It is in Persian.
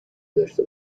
داشته